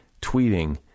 tweeting